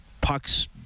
Pucks